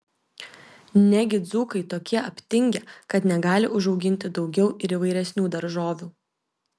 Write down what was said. negi dzūkai tokie aptingę kad negali užauginti daugiau ir įvairesnių daržovių